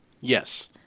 Yes